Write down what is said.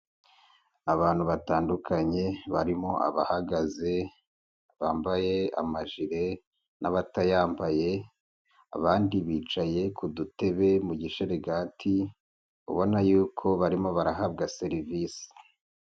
Abantu batandukanye barimo abahagaze, bambaye amajire n'abatayambaye, abandi bicaye kudutebe mu gisharagati, ubabona yuko barimo barahabwa serivisi.